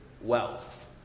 wealth